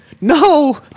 no